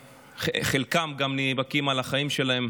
שחלקם גם נאבקים על החיים שלהם